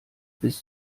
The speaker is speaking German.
bis